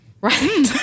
Right